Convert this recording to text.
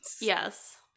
Yes